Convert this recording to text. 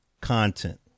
content